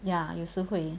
ya 有时会